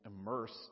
immersed